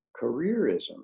careerism